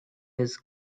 his